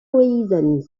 reasons